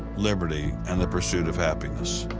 liberty, and the pursuit of happiness.